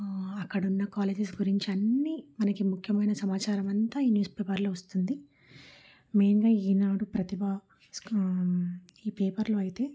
అక్కడ ఉన్న కాలేజెస్ గురించి అన్నీ మనకి ముఖ్యమైన సమాచారం అంతా ఈ న్యూస్ పేపర్లో వస్తుంది మెయిన్గా ఈనాడు ప్రతిభ ఈ పేపర్లో అయితే